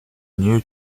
new